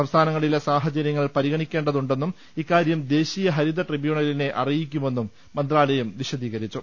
സംസ്ഥാന ങ്ങളിലെ സാഹചര്യങ്ങൾ പരിഗണിക്കേണ്ടതുണ്ടെന്നും ഇക്കാര്യം ദേശീയ ഹരിത്രൈ ടബ്യൂണലിനെ അറിയിക്കുമെന്നും മന്ത്രാലയം വിശദീകരിച്ചു